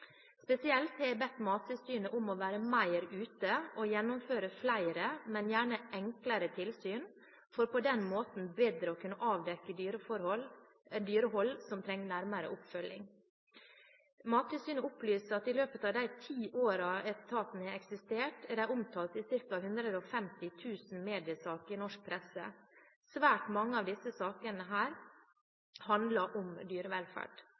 Spesielt har jeg bedt Mattilsynet om å være mer ute og gjennomføre flere, men gjerne enklere tilsyn, for på den måten bedre å kunne avdekke dyrehold som trenger nærmere oppfølging. Mattilsynet opplyser at i løpet av de ti årene etaten har eksistert, er de omtalt i ca. 150 000 mediesaker i norsk presse. Svært mange av disse sakene handler om dyrevelferd.